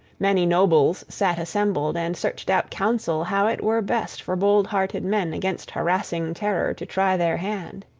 many nobles sat assembled, and searched out counsel how it were best for bold-hearted men against harassing terror to try their hand.